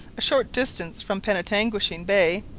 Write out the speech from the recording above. a short distance from penetanguishene bay,